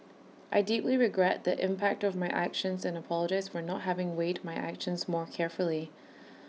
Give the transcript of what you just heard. I deeply regret the impact of my actions and apologise for not having weighed my actions more carefully